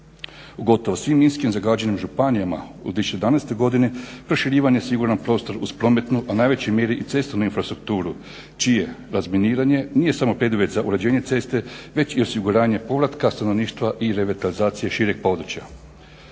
U gotovo svim minski zagađenim županijama u 2011. godini proširivanje je siguran prostor uz prometnu, a u najvećoj mjeri i cestovnu infrastrukturu čije razminiranje nije samo preduvjet za uređenje ceste već i osiguranje povratka stanovništva i revitalizacije šireg područja.